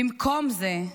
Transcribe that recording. במקום זה,